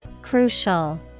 Crucial